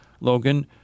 Logan